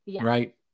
Right